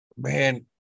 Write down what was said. man